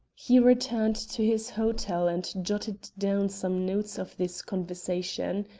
he returned to his hotel and jotted down some notes of this conversation.